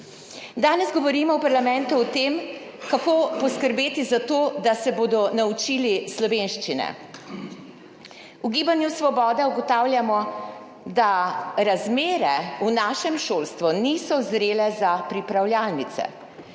Danes govorimo v parlamentu o tem, kako poskrbeti za to, da se bodo naučili slovenščine. V Gibanju Svoboda ugotavljamo, da razmere v našem šolstvu niso zrele za pripravljalnice.